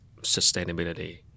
sustainability